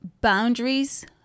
boundaries